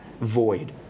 void